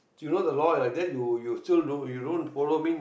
you know the door like that you you still don't you don't following